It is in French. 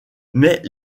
mais